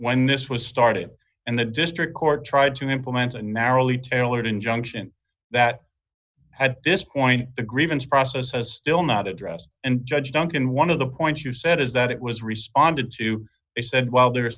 when this was started and the district court tried to implement a narrowly tailored injunction that at this point the grievance process has still not address and judge duncan one of the points you said is that it was responded to they said well the